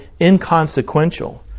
inconsequential